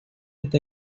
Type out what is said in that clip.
este